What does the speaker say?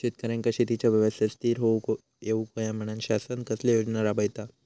शेतकऱ्यांका शेतीच्या व्यवसायात स्थिर होवुक येऊक होया म्हणान शासन कसले योजना राबयता?